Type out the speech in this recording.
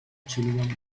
children